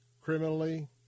criminally